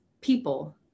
people